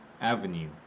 Avenue